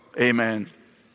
Amen